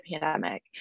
pandemic